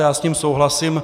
Já s tím souhlasím.